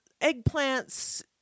eggplants